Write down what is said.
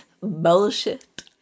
bullshit